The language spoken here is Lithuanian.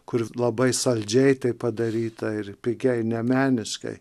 kur labai saldžiai tai padaryta ir pigiai nemeniškai